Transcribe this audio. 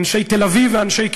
אנשי תל-אביב ואנשי קיבוצים,